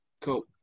Cool